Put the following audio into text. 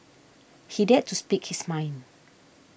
he dared to speak his mind